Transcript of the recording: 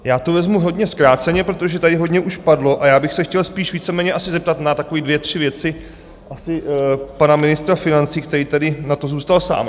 Já to vezmu hodně zkráceně, protože tady hodně už padlo, a já bych se chtěl spíš víceméně asi zeptat na takové dvě tři věci asi pana ministra financí, který tady na to zůstal sám.